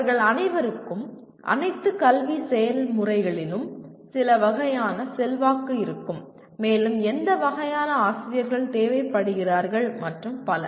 அவர்கள் அனைவருக்கும் அனைத்து கல்வி செயல்முறைகளிலும் சில வகையான செல்வாக்கு இருக்கும் மேலும் எந்த வகையான ஆசிரியர்கள் தேவைப்படுகிறார்கள் மற்றும் பல